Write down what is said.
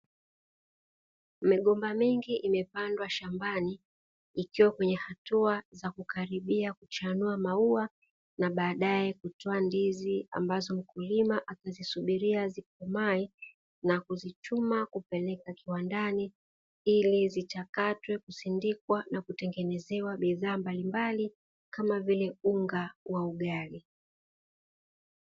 Migomba mingi imepandwa shambani, ikiwa kwenye hatua za kukaribia kuchanua maua na baadaye kutoa ndizi, ambazo mkulima akizisubiri zikomee na kuzichuma kupeleka kiwandani ili zichakatwe, kusindikwa na kutengenezewa bidhaa mbalimbali kama vile unga wa ugali.